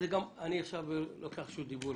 רוצה לקחת רשות דיבור,